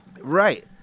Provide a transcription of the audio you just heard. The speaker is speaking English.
Right